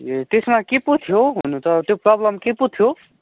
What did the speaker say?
ए त्यसमा के पो थियो हुनु त त्यो प्रब्लम के पो थियो